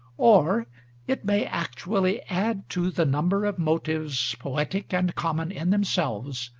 or it may actually add to the number of motives poetic and uncommon in themselves,